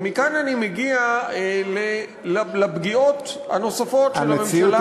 ומכאן אני מגיע לפגיעות הנוספות של הממשלה הזאת.